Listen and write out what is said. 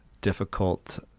difficult